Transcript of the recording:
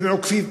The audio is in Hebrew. והם עוקפים.